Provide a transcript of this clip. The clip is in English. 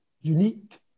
unique